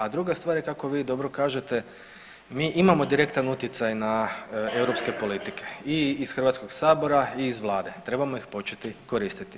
A druga stvar je kako vi dobro kažete, mi imamo direktan utjecaj na europske politike i iz Hrvatskog sabora i iz vlade, trebamo ih početi koristiti.